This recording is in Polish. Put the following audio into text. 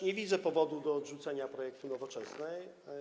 Nie widzę powodów do odrzucenia projektu Nowoczesnej.